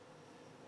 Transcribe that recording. נתקבלה.